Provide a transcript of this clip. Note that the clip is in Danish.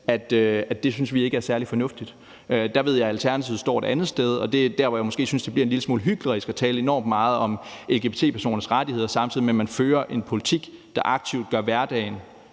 at være lgbt-person, er særlig fornuftig. Der ved jeg, at Alternativet står et andet sted, og det er der, hvor jeg måske synes at det bliver en lille smule hyklerisk at tale enormt meget om lgbt-personers rettigheder, samtidig med at man fører en politik, der aktivt gør hverdagen